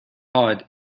pod